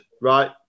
right